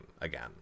again